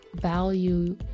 value